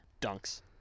dunks